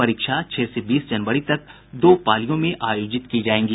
परीक्षा छह से बीस जनवरी तक दो पालियों में आयोजित की जायेगी